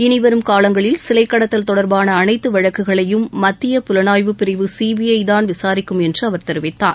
இனிவரும் காலங்களில் சிலை கடத்தல் தொடர்பான அனைத்து வழக்குகளையும் மத்திய புலனாய்வு பிரிவு சிபிஐ தான் விசாரிக்கும் என்று அவர் தெரிவித்தார்